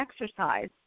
exercise